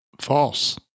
False